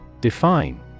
Define